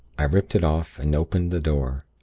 i ripped it off, and opened the door.